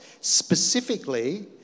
specifically